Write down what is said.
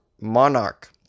Monarch